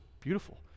beautiful